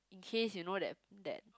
in case you know that that